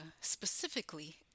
specifically